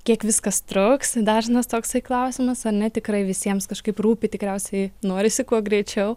kiek viskas truks dažnas toksai klausimas ar ne tikrai visiems kažkaip rūpi tikriausiai norisi kuo greičiau